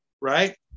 right